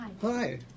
Hi